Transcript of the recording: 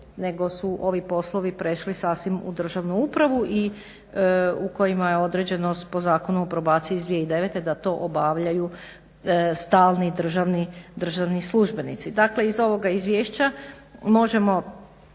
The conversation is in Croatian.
nego su ovi poslovi prešli sasvim u državnu upravu i u kojima je određenost po Zakonu o probaciji iz 2009.da to obavljaju stalni državni službenici. Dakle iz ovog izvješća možemo